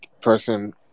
person